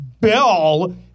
Bell